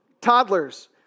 toddlers